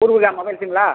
Poorvika மொபைல்ஸ்ஸுங்களா